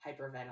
hyperventilating